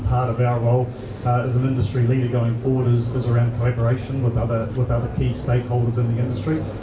of our role as an industry leader, going forward, is is around collaboration with other with other key stakeholders in the industry.